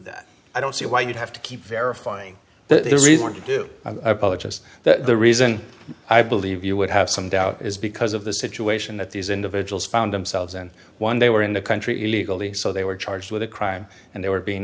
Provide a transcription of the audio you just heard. that i don't see why you'd have to keep verifying there's a reason to do just that the reason i believe you would have some doubt is because of the situation that these individuals found themselves in one they were in the country illegally so they were charged with a crime and they were being